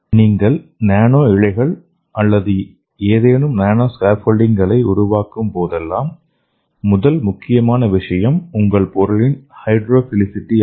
நீங்கள் நானோ இழைகள் அல்லது ஏதேனும் நானோ ஸ்கேப்போல்ட்டிங்களை உருவாக்கும் போதெல்லாம் முதல் முக்கியமான விஷயம் உங்கள் பொருளின் ஹைட்ரோஃபிலிசிட்டி ஆகும்